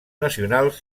nacionals